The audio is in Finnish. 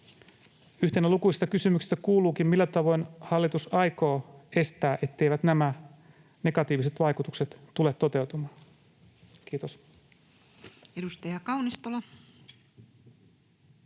Yhtenä lukuisista kysymyksistä kuuluukin: millä tavoin hallitus aikoo estää, etteivät nämä negatiiviset vaikutukset tule toteutumaan? — Kiitos. Edustaja Kaunistola.